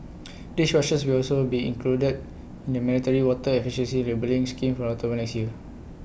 dishwashers will also be included in the mandatory water efficiency labelling scheme from October next year